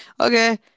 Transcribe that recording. Okay